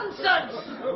nonsense